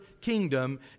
kingdom